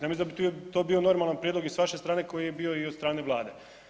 Ja mislim da bi to bio normalan prijedlog i s vaše strane koji je bio i od strane Vlade.